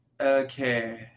Okay